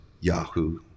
Yahoo